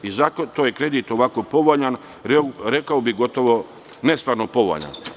Zato je kredit ovako povoljan, rekao bih gotovo nestvarno povoljan.